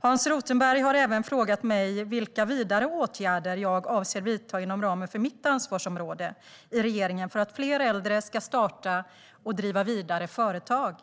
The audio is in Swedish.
Hans Rothenberg har även frågat mig vilka vidare åtgärder jag avser att vidta inom ramen för mitt ansvarsområde i regeringen för att fler äldre ska starta och driva vidare företag.